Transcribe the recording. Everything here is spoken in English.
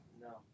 No